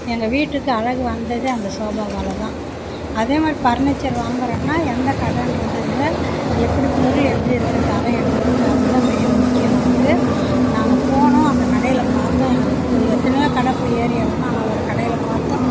எங்கள் வீட்டுக்கு அழகு வந்ததே அந்த சோஃபாவால்தான் அதேமாதிரி பர்னிச்சர் வாங்குறோன்னா எந்த கடைன்றதுல எப்படி பொருள் எப்படி இருக்கு தரம் எப்படி இருக்கு அதுதான் மெயின் முக்கியம் நமக்கு நாங்கள் போனோம் அந்த கடையில் பார்த்தோம் எங்களுக்கு எத்தனயோ கடை போய் ஏறி இறங்கினோம் ஆனால் ஒரு கடையில் பார்த்தோம்